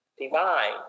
divine